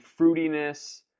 fruitiness